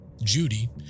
Judy